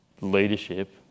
leadership